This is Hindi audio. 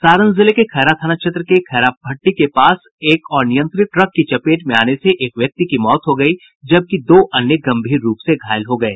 सारण जिले के खैरा थाना क्षेत्र के खैरा भट्टी के पास अनियंत्रित ट्रक की चपेट में आने से एक व्यक्ति की मौत हो गयी जबकि दो अन्य गंभीर रूप से घायल हो गये